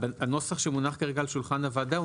הנוסח שמונח כרגע על שולחן הוועדה הוא